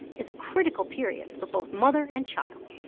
is a critical period for both mother and child.